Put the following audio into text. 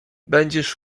będziesz